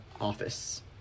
office